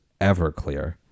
Everclear